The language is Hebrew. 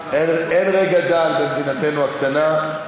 אין רגע דל במדינתנו הקטנה.